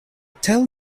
tell